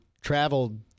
traveled